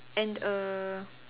and err